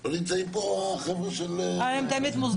לא נמצאים פה החבר'ה של --- הם תמיד מוזמנים.